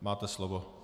Máte slovo.